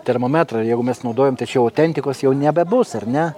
termometrą jeigu mes naudojam tai čia jau autentikos jau nebebus ar ne